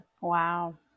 Wow